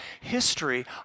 history